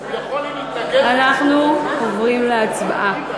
הוא יכול, אם מתנגד, אנחנו עוברים להצבעה.